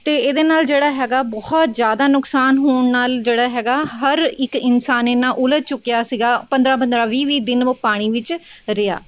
ਅਤੇ ਇਹਦੇ ਨਾਲ਼ ਜਿਹੜਾ ਹੈਗਾ ਬਹੁਤ ਜ਼ਿਆਦਾ ਨੁਕਸਾਨ ਹੋਣ ਨਾਲ ਜਿਹੜਾ ਹੈਗਾ ਹਰ ਇੱਕ ਇਨਸਾਨ ਇੰਨਾ ਉਲਝ ਚੁੱਕਿਆ ਸੀਗਾ ਪੰਦਰ੍ਹਾਂ ਪੰਦਰ੍ਹਾਂ ਵੀਹ ਵੀਹ ਦਿਨ ਉਹ ਪਾਣੀ ਵਿੱਚ ਰਿਹਾ